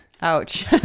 Ouch